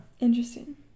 Interesting